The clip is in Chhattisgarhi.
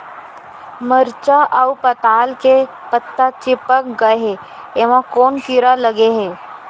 मरचा अऊ पताल के पत्ता चिपक गे हे, एमा कोन कीड़ा लगे है?